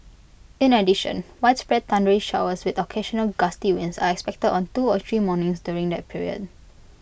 in addition widespread thundery showers with occasional gusty winds are expected on two or three mornings during that period